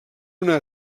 una